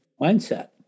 mindset